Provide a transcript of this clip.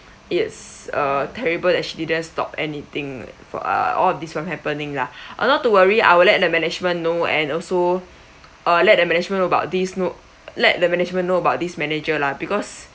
it's uh terrible that she didn't stop anything for a~ all this from happening lah um not to worry I will let the management know and also uh let the management know about this note let the management know about this manager lah because